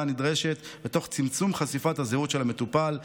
הנדרשת ותוך צמצום חשיפת הזהות של המטופל,